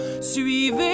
suivez